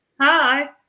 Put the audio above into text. Hi